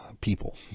people